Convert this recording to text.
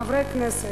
חברי הכנסת,